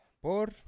por